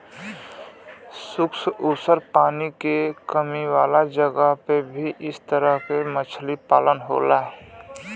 शुष्क आउर पानी के कमी वाला जगह पे भी इ तरह से मछली पालन होला